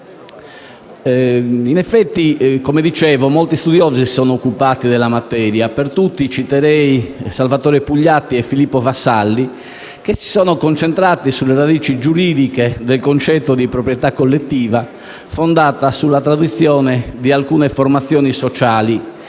natura. Come dicevo, molti studiosi si sono occupati della materia. Per tutti, citerei Salvatore Pugliatti e Filippo Vassalli, che si sono concentrati sulle radici giuridiche del concetto di proprietà collettiva fondata sulla tradizione di alcune formazioni sociali,